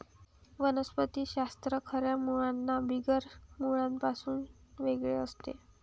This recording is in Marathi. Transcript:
वनस्पति शास्त्र खऱ्या मुळांना बिगर मुळांपासून वेगळे करते